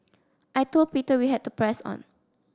I told Peter we had to press on